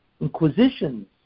inquisitions